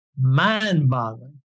mind-boggling